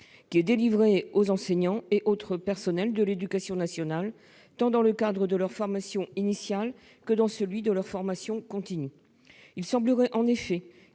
handicap délivrée aux enseignants et autres personnels de l'éducation nationale, dans le cadre tant de leur formation initiale que de leur formation continue. Il semblerait en effet